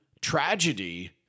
tragedy